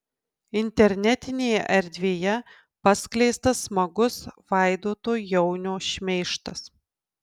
internetinėje erdvėje paskleistas smagus vaidoto jaunio šmeižtas